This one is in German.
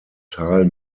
tal